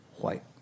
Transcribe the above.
white